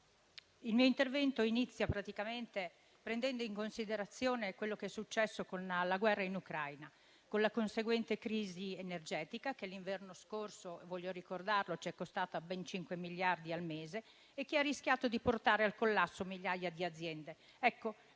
il mio intervento inizia prendendo in considerazione quello che è successo con la guerra in Ucraina e la conseguente crisi energetica, che l'inverno scorso - voglio ricordarlo - ci è costata ben 5 miliardi al mese e che ha rischiato di portare al collasso migliaia di aziende. La